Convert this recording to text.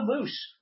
loose